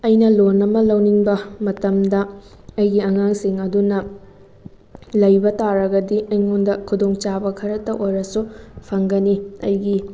ꯑꯩꯅ ꯂꯣꯟ ꯑꯃ ꯂꯧꯅꯤꯡꯕ ꯃꯇꯝꯗ ꯑꯩꯒꯤ ꯑꯉꯥꯡꯁꯤꯡ ꯑꯗꯨꯅ ꯂꯩꯕ ꯇꯥꯔꯒꯗꯤ ꯑꯩꯉꯣꯟꯗ ꯈꯨꯗꯣꯡꯆꯥꯕ ꯈꯔꯇ ꯑꯣꯏꯔꯕꯁꯨ ꯐꯪꯒꯅꯤ ꯑꯩꯒꯤ